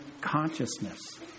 consciousness